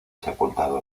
sepultado